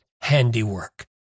handiwork